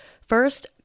First